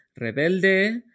Rebelde